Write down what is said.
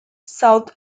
south